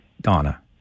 Donna